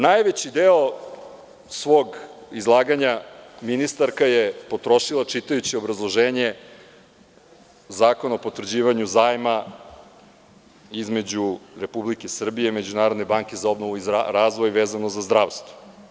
Najveći deo svog izlaganja ministarka je potrošila čitajući obrazloženje Zakona o potvrđivanju zajma između Republike Srbije i Međunarodne banke za obnovu i razvoj vezano za zdravstvo.